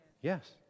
Yes